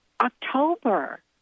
October